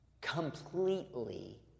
completely